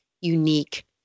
unique